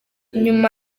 nyuma